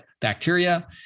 bacteria